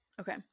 Okay